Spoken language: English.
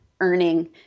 earning